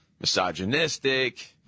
Misogynistic